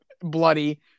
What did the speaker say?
Bloody